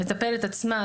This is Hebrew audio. המטפלת עצמה,